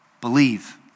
believe